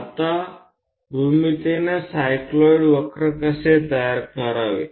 आता भूमितीने सायक्लोइड वक्र कसे तयार करावे